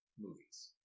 movies